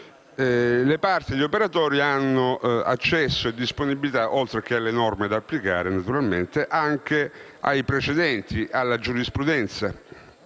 le parti e gli operatori hanno accesso e disponibilità, oltre che alle norme da applicare, anche ai precedenti, alla giurisprudenza